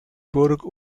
burg